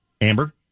Amber